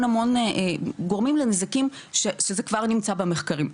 המון גורמים לנזקים שזה כבר נמצא במחקרים.